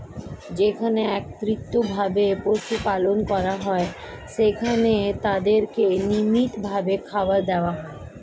যেখানে একত্রিত ভাবে পশু পালন করা হয়, সেখানে তাদেরকে নিয়মিত ভাবে খাবার দেওয়া হয়